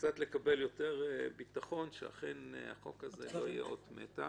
לקבל קצת יותר ביטחון שאכן החוק הזה לא יהיה אות מתה.